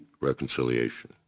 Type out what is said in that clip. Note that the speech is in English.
reconciliation